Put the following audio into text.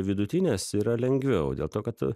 vidutinės yra lengviau dėl to kad tu